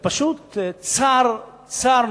אדוני היושב-ראש, זה פשוט צער נורא.